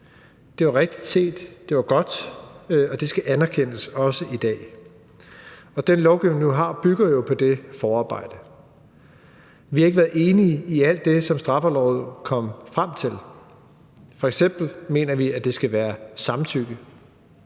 Det var rigtigt set, det var godt, og det skal anerkendes også i dag. Den lovgivning, vi nu har, bygger jo på det forarbejde. Vi har ikke været enige i alt det, som Straffelovrådet kom frem til, f.eks. mener vi, at det skal være samtykke.